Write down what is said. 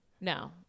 no